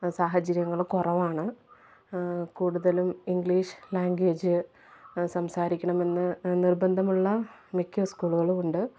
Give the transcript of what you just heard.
സാഹചര്യങ്ങള് കുറവാണ് കൂടുതലും ഇംഗ്ലീഷ് ലാൻഗ്വേജ് സംസാരിക്കണം എന്ന് നിർബന്ധമുള്ള മിക്ക സ്കൂളുകളും ഉണ്ട്